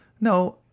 No